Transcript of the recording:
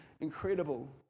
incredible